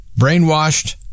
brainwashed